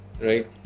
right